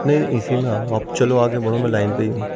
نہیں نہیں اسی میں آؤ آپ چلو آگے بڑھو میں لائن پہ ہی ہوں